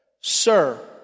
Sir